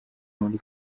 muri